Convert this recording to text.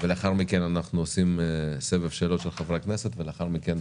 ולאחר מכן אנחנו עושים סבב שאלות של חברי הכנסת ולאחר מכן,